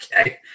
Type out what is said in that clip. Okay